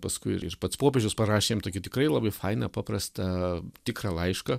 paskui ir ir pats popiežius parašė jam tokį tikrai labai fainą paprastą tikrą laišką